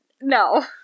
No